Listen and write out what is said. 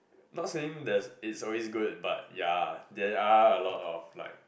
not saying there's always good but ya there are a lot of like